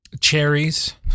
Cherries